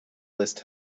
list